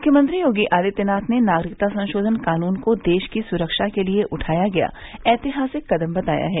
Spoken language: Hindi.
मुख्यमंत्री योगी आदित्यनाथ ने नागरिकता संशोधन कानून को देश की सुरक्षा के लिए उठाया गया ऐतिहासिक कदम बताया है